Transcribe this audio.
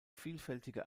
vielfältige